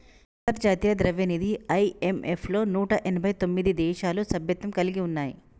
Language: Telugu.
అంతర్జాతీయ ద్రవ్యనిధి ఐ.ఎం.ఎఫ్ లో నూట ఎనభై తొమ్మిది దేశాలు సభ్యత్వం కలిగి ఉన్నాయి